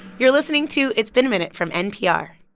you're listening to it's been a minute from npr